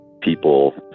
people